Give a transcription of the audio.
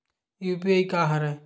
UPI का हरय?